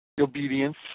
obedience